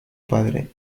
padre